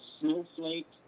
snowflake